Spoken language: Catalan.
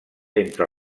entre